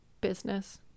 business